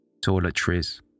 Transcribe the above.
toiletries